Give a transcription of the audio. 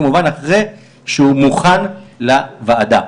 כמובן אחרי שהוא מוכן לוועדה.